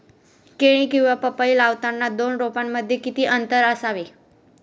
केळी किंवा पपई लावताना दोन रोपांमध्ये किती अंतर असावे?